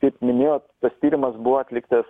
kaip minėjot tas tyrimas buvo atliktas